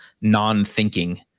non-thinking